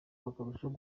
bakarushaho